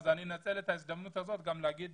אז אני אנצל את ההזדמנות הזאת גם להגיד